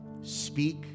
speak